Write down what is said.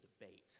debate